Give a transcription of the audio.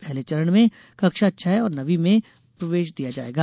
पहले चरण में कक्षा छह और नवी में प्रवेश दिया जाएगा